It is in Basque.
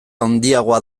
handiagoa